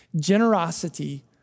generosity